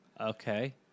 Okay